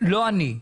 לא אני.